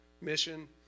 mission